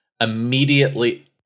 immediately